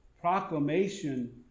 proclamation